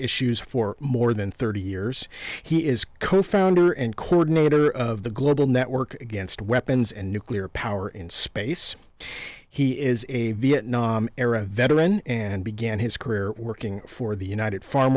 issues for more than thirty years he is co founder and coordinator of the global network against weapons and nuclear power in space he is a vietnam era veteran and began his career working for the united farm